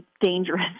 dangerous